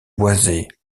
boisée